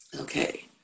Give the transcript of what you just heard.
Okay